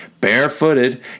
Barefooted